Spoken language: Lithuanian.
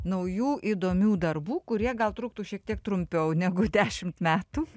naujų įdomių darbų kurie gal truktų šiek tiek trumpiau negu dešimt metų